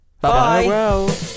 Bye